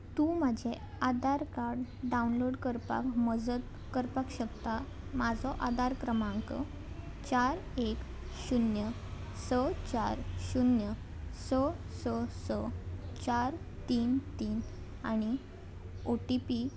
तूं म्हजें Aadhaar card download करपाक मजत करपाक शकता म्हाजो आदार क्रमांक चार एक शुन्य स चार शुन्य स स स चार तीन तीन आनी ओ टी पी